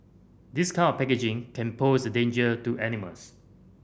this kind of packaging can pose a danger to animals